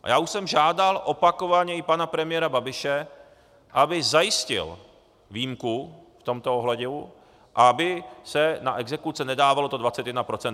Já už jsem žádal opakovaně i pana premiéra Babiše, aby zajistil výjimku v tomto ohledu a aby se na exekuce nedávalo 21 % DPH.